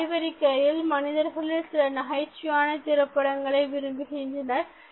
இந்த ஆய்வறிக்கையில் மனிதர்களில் சிலர் நகைச்சுவையான திரைப்படங்களை விரும்புகின்றனர்